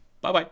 Bye-bye